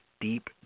deep